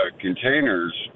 containers